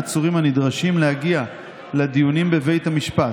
אתה יודע, אדוני היושב-ראש,